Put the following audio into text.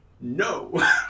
No